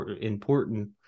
important